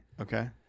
okay